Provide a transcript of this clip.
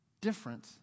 different